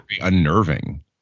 Unnerving